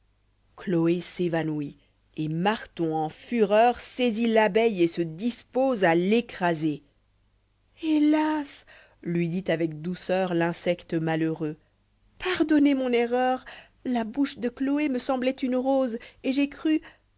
chloé s'évanouit et marton en fureur saisit l'abeille et se disposel a l'écraser helas lui dit avec douceur l'insecte malheureux pardonnez mon erreur la bouche de chloé me sembloit une rose et j'ai cru